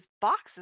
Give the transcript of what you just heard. boxes